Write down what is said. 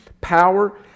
power